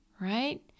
right